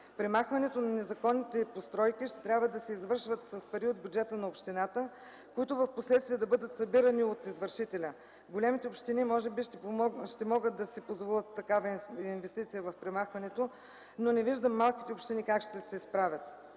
Премахването на незаконните постройки ще трябва да се извършва с пари от бюджета на общината, които впоследствие да бъдат събирани от извършителя. Големите общини може би ще могат да си позволят такава инвестиция в премахването, но не виждам малките общини как ще се справят.